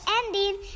ending